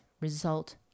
result